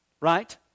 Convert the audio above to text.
right